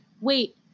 wait